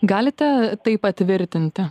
galite tai patvirtinti